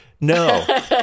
No